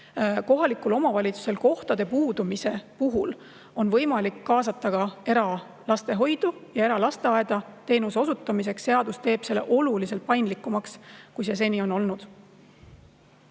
kohalikul omavalitsusel kohad puuduvad, siis on võimalik kaasata ka eralastehoidu ja eralasteaeda teenuse osutamiseks. Seadus teeb selle oluliselt paindlikumaks, kui see seni on olnud.